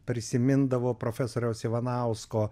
prisimindavo profesoriaus ivanausko